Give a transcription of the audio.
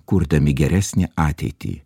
kurdami geresnę ateitį